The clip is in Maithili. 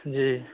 जी